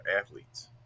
athletes